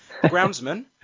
groundsman